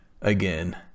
again